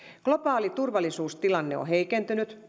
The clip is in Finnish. globaali turvallisuustilanne on heikentynyt